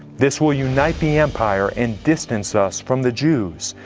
this will unite the empire and distance us from the jews.